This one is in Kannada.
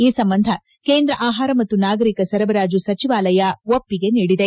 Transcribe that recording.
ಈ ಸಂಬಂಧ ಕೇಂದ್ರ ಆಹಾರ ಮತ್ತು ನಾಗರಿಕ ಸರಬರಾಜು ಸಚಿವಾಲಯ ಒಪ್ಪಿಗೆ ನೀಡಿದೆ